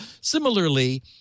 similarly